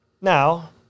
Now